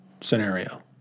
scenario